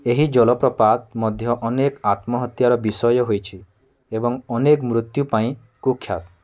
ଏହି ଜଳପ୍ରପାତ ମଧ୍ୟ ଅନେକ ଆତ୍ମହତ୍ୟାର ବିଷୟ ହୋଇଛି ଏବଂ ଅନେକ ମୃତ୍ୟୁ ପାଇଁ କୁଖ୍ୟାତ